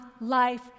life